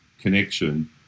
connection